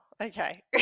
okay